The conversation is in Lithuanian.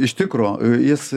iš tikro jis